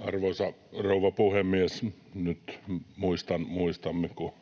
Arvoisa rouva puhemies! Nyt muistan, kun